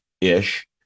ish